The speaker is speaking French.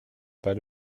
pas